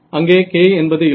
அங்கே k என்பது இல்லை